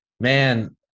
man